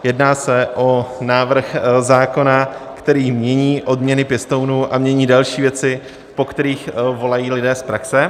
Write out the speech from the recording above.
Jedná se o návrh zákona, který mění odměny pěstounů a mění další věci, po kterých volají lidé z praxe.